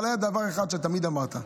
אבל היה דבר אחד שתמיד אמרת: